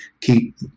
keep